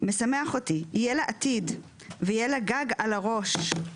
משמח אותי, יהיה לה עתיד ויהיה לה גג על הראש'.